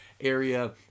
area